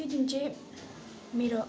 त्यो दिन चाहिँ मेरो